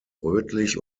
rötlich